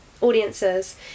audiences